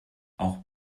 auch